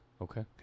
Okay